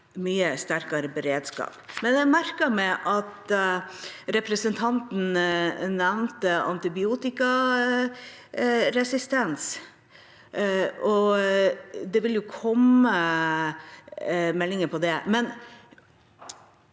sterkere beredskap. Jeg merket meg at representanten nevnte antibiotikaresistens, og det vil jo komme meldinger om det,